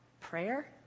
prayer